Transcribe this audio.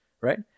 right